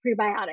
prebiotics